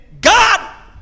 God